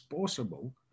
possible